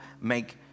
make